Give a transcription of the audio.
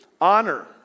honor